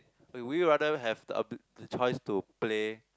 will you rather have a the choice to play